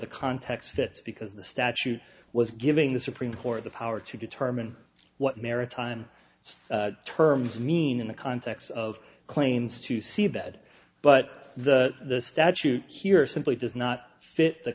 the context fits because the statute was giving the supreme court the power to determine what maritime terms mean in the context of claims to seabed but the statute here simply does not fit the